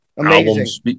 Albums